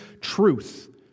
truth